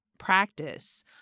practice